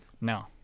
no